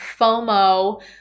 FOMO